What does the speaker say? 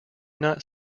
not